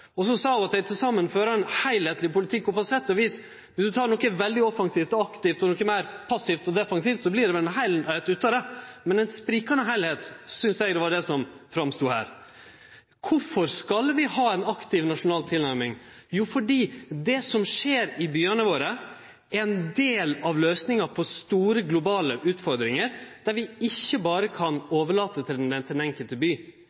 sa at dei til saman fører ein heilskapleg politikk, og viss ein tek noko veldig offensivt og aktivt og noko meir passivt og defensivt, blir det på sett og vis ein heilskap ut av det. Men det var ein sprikande heilskap som stod fram her, synest eg. Kvifor skal vi ha ei aktiv, nasjonal tilnærming? Jo, fordi det som skjer i byane våre, er ein del av løysinga på store, globale utfordringar, der vi ikkje berre kan overlate det til den enkelte